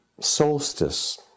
solstice